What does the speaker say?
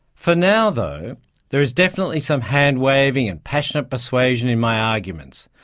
for now though there is definitely some hand-waving and passionate persuasion in my arguments,